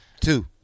Two